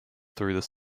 through